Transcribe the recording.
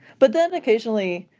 but then occasionally,